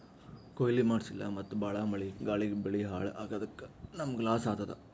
ಕೊಯ್ಲಿ ಮಾಡ್ಸಿಲ್ಲ ಮತ್ತ್ ಭಾಳ್ ಮಳಿ ಗಾಳಿಗ್ ಬೆಳಿ ಹಾಳ್ ಆಗಾದಕ್ಕ್ ನಮ್ಮ್ಗ್ ಲಾಸ್ ಆತದ್